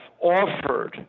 offered